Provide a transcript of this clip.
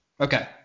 Okay